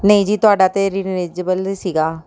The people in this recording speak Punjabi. ਨਹੀਂ ਜੀ ਤੁਹਾਡਾ ਤਾਂ ਰੀਨੇਜਬਲ ਸੀਗਾ